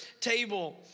table